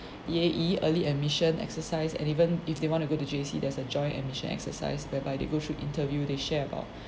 E_A_E early admission exercise and even if they want to go to J_C there's a joint admission exercise whereby they go through interview they share about